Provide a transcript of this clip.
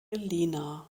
lena